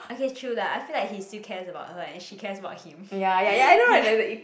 okay true lah I feel like he still cares about her and she cares about him ya